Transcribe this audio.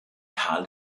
tal